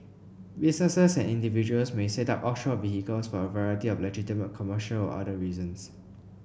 businesses and individuals may set up offshore vehicles for a variety of legitimate commercial or other reasons